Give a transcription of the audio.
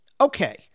Okay